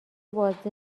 بازی